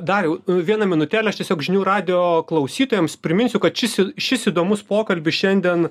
dariau vieną minutėlę aš tiesiog žinių radijo klausytojams priminsiu kad šis šis įdomus pokalbis šiandien